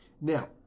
Now